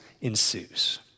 ensues